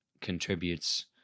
contributes